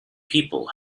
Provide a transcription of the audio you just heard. people